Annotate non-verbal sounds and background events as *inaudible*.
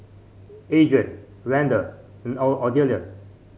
Adrien Randall and *unintelligible* Odelia